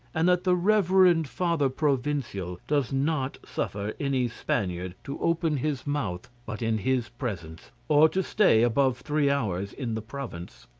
and that the reverend father provincial does not suffer any spaniard to open his mouth but in his presence, or to stay above three hours in the province.